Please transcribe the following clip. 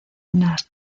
nasr